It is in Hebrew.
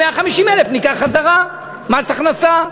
150,000 ניקח חזרה כמס הכנסה.